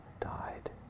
died